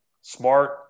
Smart